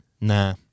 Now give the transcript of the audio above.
Nah